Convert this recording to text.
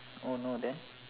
oh no then